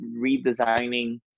redesigning